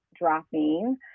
dropping